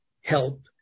help